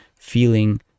feeling